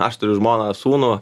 aš turiu žmoną sūnų